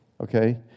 okay